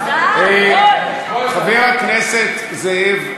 חבר הכנסת זאב,